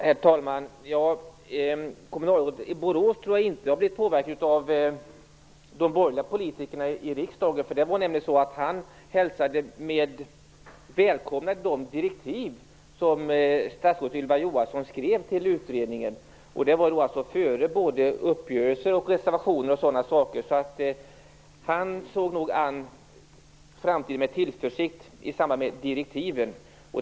Herr talman! Kommunalrådet i Borås tror jag inte har blivit påverkad av de borgerliga politikerna i riksdagen. Han välkomnade nämligen de direktiv som statsrådet Ylva Johansson skrev till utredningen. Det var före uppgörelser, reservationer och sådana saker. Han såg nog framtiden an med tillförsikt i samband med direktiven.